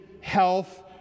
health